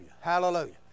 hallelujah